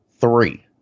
three